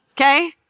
okay